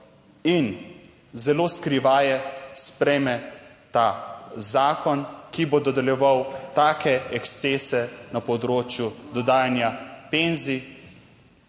in zelo skrivaje sprejme ta zakon, ki bo dodeljeval take ekscese na področju dodajanja penzij.